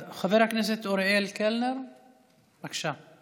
חבר הכנסת אוריאל קלנר, בבקשה.